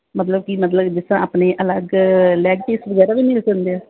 ਮਤਲਬ ਕਿ ਮਤਲਬ ਜਿਸ ਤਰ੍ਹਾਂ ਆਪਣੇ ਅਲੱਗ ਲੈੱਗ ਪੀਸ ਵਗੈਰਾ ਵੀ ਮਿਲ ਜਾਂਦੇ ਹੈ